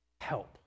Help